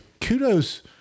kudos